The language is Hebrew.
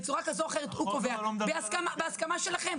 בצורה כזאת או אחרת הוא קובע, בהסכמה שלכם.